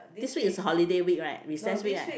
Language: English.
this week is holiday week right recess week right